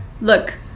look